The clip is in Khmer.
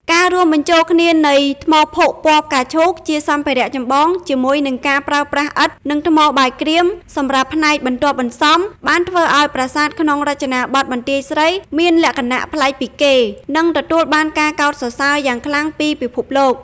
ការរួមបញ្ចូលគ្នានៃ ថ្មភក់ពណ៌ផ្កាឈូក ជាសម្ភារៈចម្បងជាមួយនឹងការប្រើប្រាស់ឥដ្ឋ និងថ្មបាយក្រៀមសម្រាប់ផ្នែកបន្ទាប់បន្សំ បានធ្វើឱ្យប្រាសាទក្នុងរចនាបថបន្ទាយស្រីមានលក្ខណៈប្លែកពីគេ និងទទួលបានការកោតសរសើរយ៉ាងខ្លាំងពីពិភពលោក។